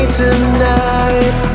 tonight